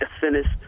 finished